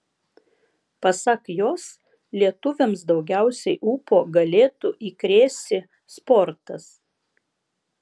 pasak jos lietuviams daugiausiai ūpo galėtų įkrėsi sportas